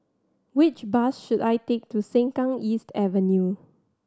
which bus should I take to Sengkang East Avenue